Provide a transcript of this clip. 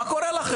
מה קורה לכם?